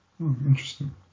Interesting